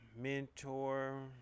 mentor